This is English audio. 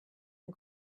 and